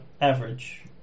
average